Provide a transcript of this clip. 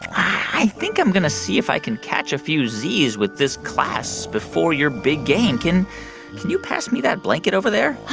i think i'm going to see if i can catch a few z's with this class before your big game. can can you pass me that blanket over there?